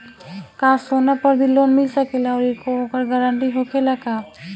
का सोना पर भी लोन मिल सकेला आउरी ओकर गारेंटी होखेला का?